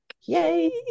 Yay